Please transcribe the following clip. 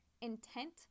intent